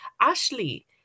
Ashley